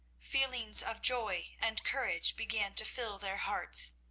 feelings of joy and courage began to fill their hearts.